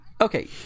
okay